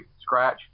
scratch